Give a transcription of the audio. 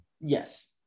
Yes